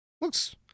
looks